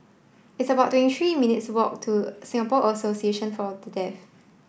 it's about twenty three minutes walk to Singapore Association for The Deaf